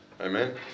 Amen